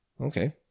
Okay